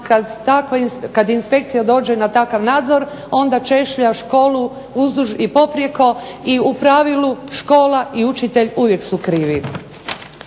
kad inspekcija dođe na takav nadzor onda češlja školu uzduž i poprijeko i u pravilu škola i učitelj uvijek su krivi.